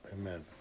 Amen